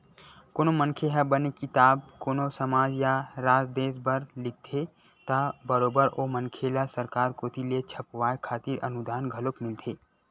कोनो मनखे ह बने किताब कोनो समाज या राज देस बर लिखथे त बरोबर ओ मनखे ल सरकार कोती ले छपवाय खातिर अनुदान घलोक मिलथे